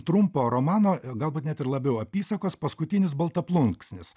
trumpo romano galbūt net ir labiau apysakos paskutinis baltaplunksnis